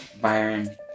Byron